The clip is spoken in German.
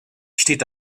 steht